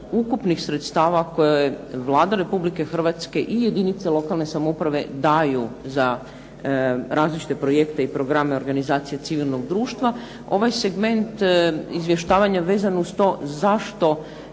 ukupnih sredstava koje Vlada Republike Hrvatske i jedinice lokalne samouprave daju za različite projekte i programe organizacija civilnog društva. Ovaj segment izvještavanja vezan uz to zašto